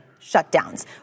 shutdowns